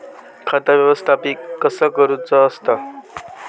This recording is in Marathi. खाता व्यवस्थापित कसा करुचा असता?